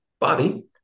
bobby